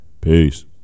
Peace